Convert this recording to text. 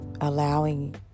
allowing